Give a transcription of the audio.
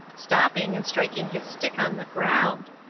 stopping and striking his stick on the ground.